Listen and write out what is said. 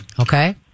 Okay